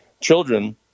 Children